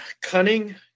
cunning